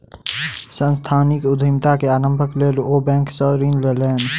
सांस्थानिक उद्यमिता के आरम्भक लेल ओ बैंक सॅ ऋण लेलैन